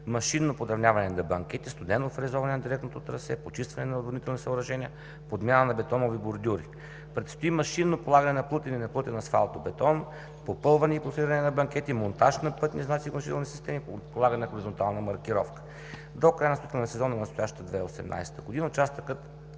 машинно подравняване на банкета, студено фрезоване на директното трасе, почистване на отводнителни съоръжения, подмяна на бетонови бордюри. Предстои машинно полагане на плътен и неплътен асфалтобетон, попълване и профилиране на банкети, монтаж на пътни знаци и отводнителни системи, полагане на хоризонтална маркировка. До края на строителния сезон на настоящата 2018 г. участъкът